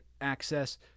access